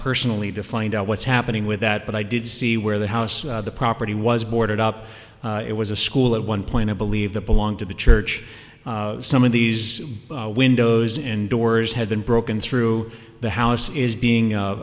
personally to find out what's happening with that but i did see where the house property was boarded up it was a school at one point i believe that belonged to the church some of these windows and doors had been broken through the house is being